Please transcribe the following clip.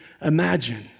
imagine